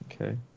Okay